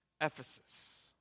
Ephesus